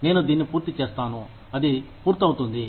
నేను దీన్ని పూర్తి చేస్తాను అది పూర్తవుతుంది